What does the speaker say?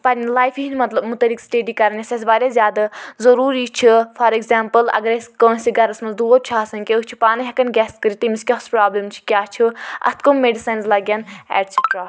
پَننہِ لایفہِ ہنٛدۍ متعلق سٹیڈی کَرٕنۍ یۄس اسہِ واریاہ زیادٕ ضروٗری چھِ فار ایٚگزامپٕل اگر اسہِ کٲنٛسہِ گَھرَس مَنٛز دود چھُ آسان کیٚنٛہہ أسۍ چھِ پانٔے ہیٚکان گیٚس کٔرِتھ تٔمِس کوٚس پرٛابلم چھِ کیٛاہ چھِ اتھ کٕم میٚڈِسَنٕز لَگیٚن ایٹسِٹرٛا